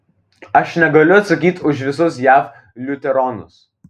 aš negaliu atsakyti už visus jav liuteronus